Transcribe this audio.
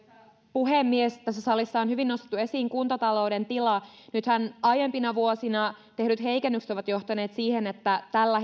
puhemies tässä salissa on hyvin nostettu esiin kuntatalouden tila nythän aiempina vuosina tehdyt heikennykset ovat johtaneet siihen että tällä